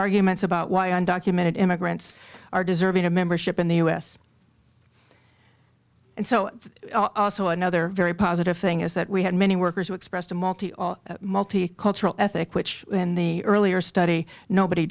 arguments about why and documented immigrants are deserving of membership in the us and so another very positive thing is that we had many workers who expressed a multi multicultural ethic which in the earlier study nobody